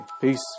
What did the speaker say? Peace